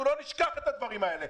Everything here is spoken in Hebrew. אנחנו לא נשכח את הדברים האלה.